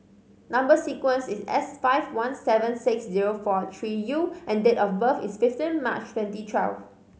number sequence is S five one seven six zero four three U and date of birth is fifteen March twenty twelve